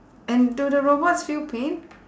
and do the robots feel pain